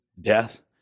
death